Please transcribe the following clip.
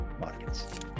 markets